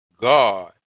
God